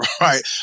right